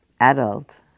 adult